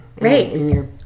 Right